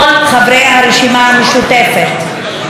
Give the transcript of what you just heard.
כל חברי הרשימה המשותפת,